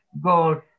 gold